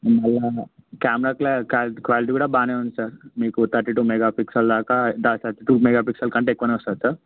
మరల కెమరా క్లారి క్లా క్వాలిటీ కూడా బాగా ఉంది సార్ మీకు థర్టీ టూ మెగాపిక్సల్ దాక దా థర్టీ టూ పిక్సల్ కంటే ఎక్కువ వస్తుంది సార్